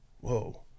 Whoa